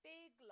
Big